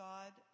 God